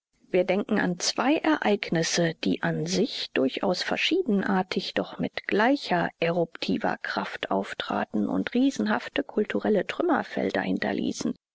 wir denken an zwei ereignisse die an sich durchaus verschiedenartig doch mit gleicher eruptiver kraft auftraten und riesenhafte kulturelle trümmerfelder hinterließen